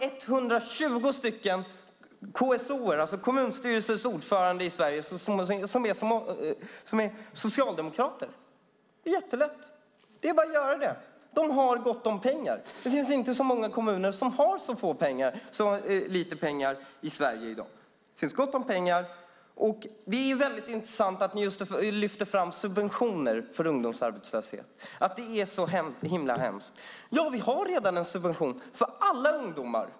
120 kommunstyrelseordförande i Sverige är socialdemokrater, så det är jättelätt. Det är bara att göra något. De har gott om pengar. Det är inte så många kommuner i Sverige som i dag har lite pengar. I stället finns det, som sagt, gott om pengar. Det är väldigt intressant att ni lyfter fram detta med subventioner för ungdomsarbetslösheten och att det är så hemskt. Vi har ju redan en subvention för alla ungdomar.